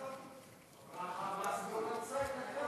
החמאס לא רוצה.